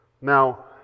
Now